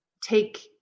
take